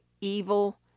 evil